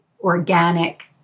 organic